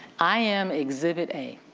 i am exhibit a